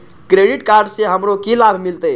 Credit card से हमरो की लाभ मिलते?